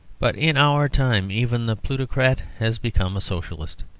but in our time even the plutocrat has become a socialist.